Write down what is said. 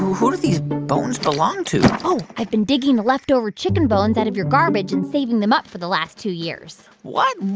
who who do these bones belong to? oh, i've been digging the leftover chicken bones out of your garbage and saving them up for the last two years what?